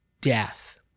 death